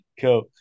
cool